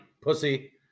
Pussy